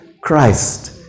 Christ